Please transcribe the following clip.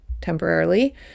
temporarily